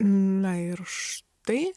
na ir tai